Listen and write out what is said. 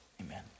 amen